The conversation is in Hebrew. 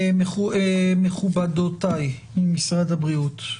מכובדותיי משרד הבריאות,